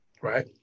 Right